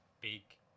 big